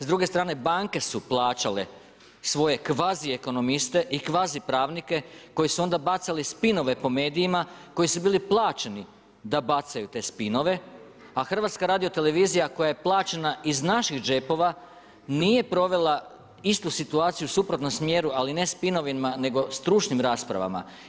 S druge strane banke su plaćale svoje kvazi ekonomiste i kvazi pravnike koji su onda bacali spinove po medijima, koji su bili plaćeni da bacaju te spinove, a Hrvatska radiotelevizija koja je plaćena iz naših džepova nije provela istu situaciju u suprotnom smjeru ali ne spinovima nego stručnim raspravama.